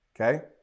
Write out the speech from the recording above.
Okay